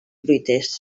fruiters